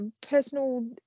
personal